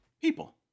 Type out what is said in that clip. People